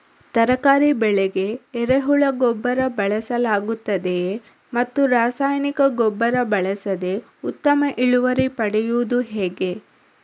ತರಕಾರಿ ಬೆಳೆಗೆ ಎರೆಹುಳ ಗೊಬ್ಬರ ಬಳಸಲಾಗುತ್ತದೆಯೇ ಮತ್ತು ರಾಸಾಯನಿಕ ಗೊಬ್ಬರ ಬಳಸದೆ ಉತ್ತಮ ಇಳುವರಿ ಪಡೆಯುವುದು ಹೇಗೆ?